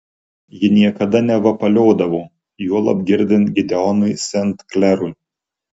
ji niekada nevapaliodavo juolab girdint gideonui sent klerui